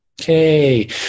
Okay